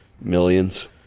millions